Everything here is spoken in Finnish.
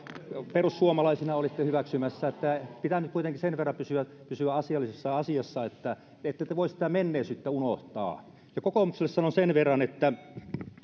perussuomalaisina olitte hyväksymässä pitää nyt kuitenkin sen verran pysyä pysyä asiallisessa asiassa että ette te voi sitä menneisyyttä unohtaa ja kokoomukselle sanon sen verran että